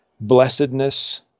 blessedness